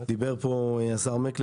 דיבר פה חבר הכנסת מקלב,